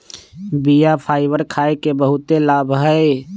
बीया फाइबर खाय के बहुते लाभ हइ